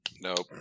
nope